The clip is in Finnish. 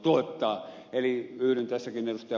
eli yhdyn tässäkin ed